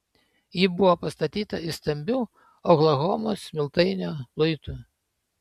ji buvo pastatyta iš stambių oklahomos smiltainio luitų